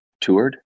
toured